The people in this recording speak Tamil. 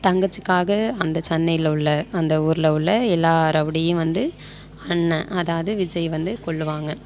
தங்கச்சிக்காக அந்த சென்னையில் உள்ள அந்த ஊரில் உள்ள எல்லா ரவுடியும் வந்து அண்ணன் அதாவது விஜய் வந்து கொல்லுவாங்கள்